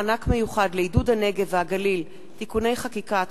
הצעת חוק מענק מיוחד לעידוד הנגב והגליל (תיקוני חקיקה),